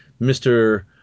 Mr